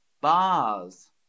Bars